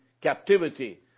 captivity